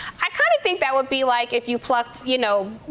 i kind of think that would be like if you plucked, you know,